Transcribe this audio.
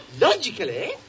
logically